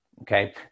okay